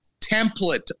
template